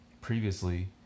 previously